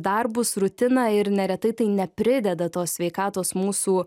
darbus rutiną ir neretai tai neprideda tos sveikatos mūsų